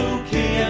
okay